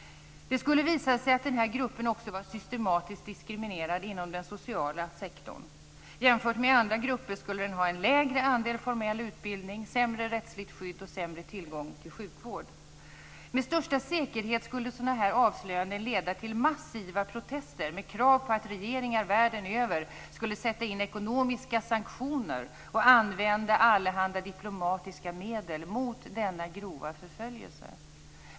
Det skulle visa sig att den här gruppen också var systematiskt diskriminerad inom den sociala sektorn. Jämfört med andra grupper skulle den ha en lägre andel formell utbildning, sämre rättsligt skydd och sämre tillgång till sjukvård. Med största säkerhet skulle sådana här avslöjanden leda till massiva protester med krav på att regeringar världen över skulle sätta in ekonomiska sanktioner och använda allehanda diplomatiska medel mot denna grova förföljelse.